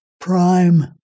prime